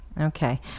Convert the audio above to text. Okay